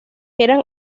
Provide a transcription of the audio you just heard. eran